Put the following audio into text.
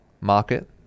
market